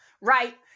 right